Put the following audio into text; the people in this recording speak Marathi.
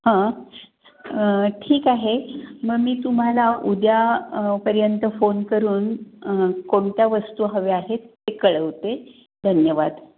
हं ठीक आहे मग मी तुम्हाला उद्या पर्यंत फोन करून कोणत्या वस्तू हव्या आहेत ते कळवते धन्यवाद